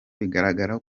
bigaragara